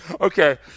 Okay